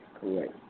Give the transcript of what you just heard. Correct